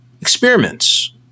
experiments